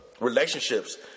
relationships